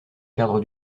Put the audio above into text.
perdre